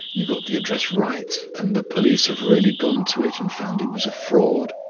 you got the address right, and the police have really gone to it and found it was a fraud?